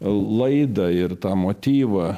laidą ir tą motyvą